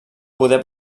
poder